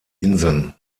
inseln